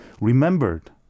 remembered